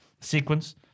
sequence